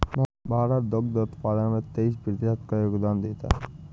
भारत वैश्विक दुग्ध उत्पादन में तेईस प्रतिशत का योगदान देता है